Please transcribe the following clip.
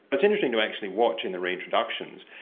it's interesting to actually watch and the re-introductions,